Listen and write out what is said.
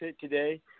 today